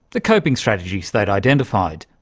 the coping strategies they'd identified.